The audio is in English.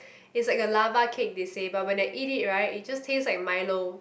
it's like a lava cake they say but when I eat it right it just taste like milo